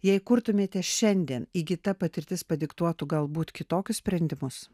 jei kurtumėte šiandien įgyta patirtis padiktuotų galbūt kitokius sprendimus